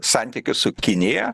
santykius su kinija